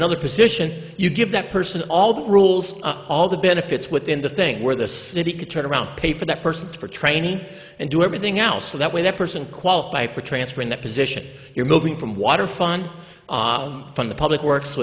another position you give that person all the rules all the benefits within the thing where the city could turn around pay for that person's for training and do everything else so that when that person qualify for transfer in that position you're moving from water fun from the public works